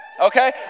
Okay